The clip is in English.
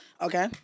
Okay